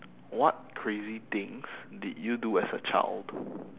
what crazy things did you do as a child